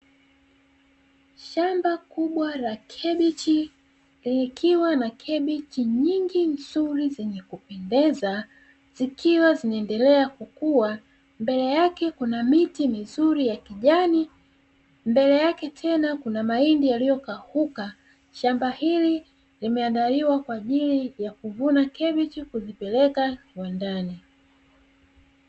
Shamba kubwa la kabichi likiwa na kemiki nyingi nzuri zenye kupendeza, zikiwa zinaendelea kukua mbele yake kuna miti mizuri ya kijani mbele yake tena kuna mahindi yaliyokauka shamba hili limeandaliwa kwa ajili ya kuvuna kabichi kuzipeleka viwandani.